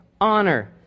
honor